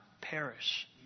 perish